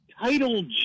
Title